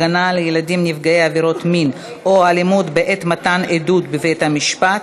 הגנה על ילדים נפגעי עבירות מין או אלימות בעת מתן עדות בבתי-המשפט),